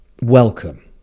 Welcome